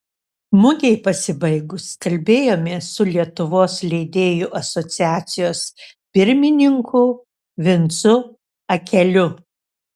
mugei pasibaigus kalbėjomės su lietuvos leidėjų asociacijos pirmininku vincu akeliu